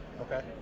Okay